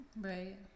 right